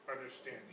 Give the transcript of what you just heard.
understanding